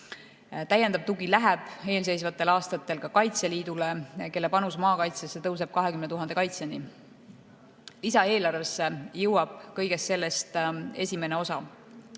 Täiendav tugi läheb eelseisvatel aastatel ka Kaitseliidule, kelle panus maakaitsesse tõuseb 20 000 kaitsjani. Lisaeelarvesse jõuab kõigest sellest esimene osa.